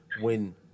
win